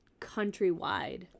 countrywide